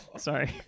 Sorry